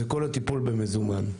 זה כל הטיפול במזומן.